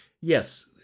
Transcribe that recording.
Yes